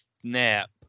snap